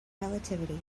relativity